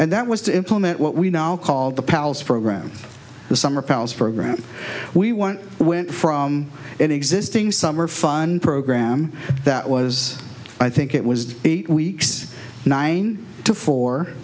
and that was to implement what we now called the palace program the summer palace program we want went from an existing summer fun program that was i think it was eight weeks nine to fo